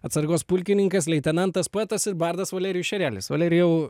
atsargos pulkininkas leitenantas poetas ir bardas valerijus šerelis valerijau